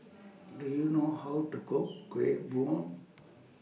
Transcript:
Do YOU know How to Cook Kueh Bom